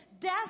death